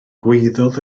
gwaeddodd